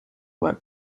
work